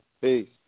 Peace